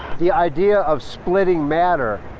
the idea of splitting matter,